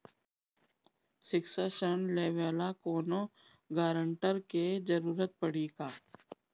शिक्षा ऋण लेवेला कौनों गारंटर के जरुरत पड़ी का?